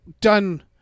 done